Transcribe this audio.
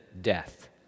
death